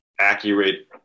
accurate